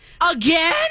Again